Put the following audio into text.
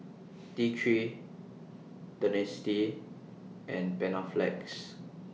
T three Dentiste and Panaflex